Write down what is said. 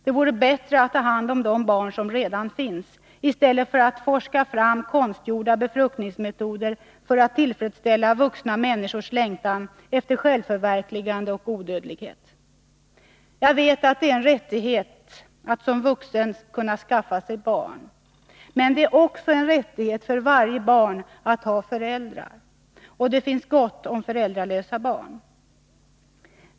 Det vore bättre att ta hand om de barn som redan finns i stället för att genom forskning utarbeta metoder för konstgjord befruktning för att tillfredsställa vuxna människors längtan efter självförverkligande och odödlighet. Det är en rättighet att som vuxen kunna skaffa sig barn. Men det är också en rättighet för varje barn att ha föräldrar. Och det finns gott om föräldralösa barn.